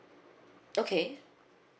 okay